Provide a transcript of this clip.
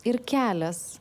ir kelias